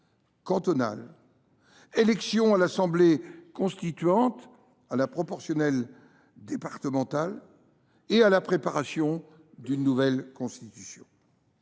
cantonales, des élections à l’Assemblée constituante à la proportionnelle par département, et à la préparation d’une nouvelle Constitution.